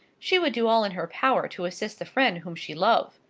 she would do all in her power to assist the friend whom she love.